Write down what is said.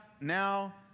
now